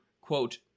quote